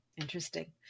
Interesting